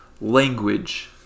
language